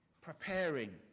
preparing